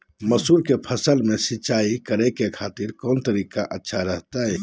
मसूर के फसल में सिंचाई करे खातिर कौन तरीका अच्छा रहतय?